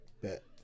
Bet